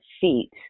feet